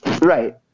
Right